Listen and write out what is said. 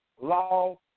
law